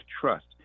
trust